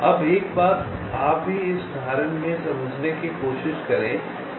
अब एक बात आप भी इस उदाहरण में अब समझने की कोशिश करते हैं